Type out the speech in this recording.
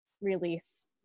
release